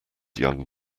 young